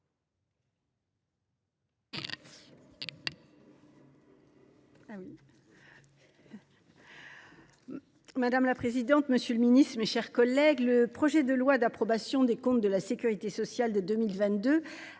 Madame la présidente, monsieur le ministre, mes chers collègues, le projet de loi d’approbation des comptes de la sécurité sociale pour 2022